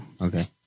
okay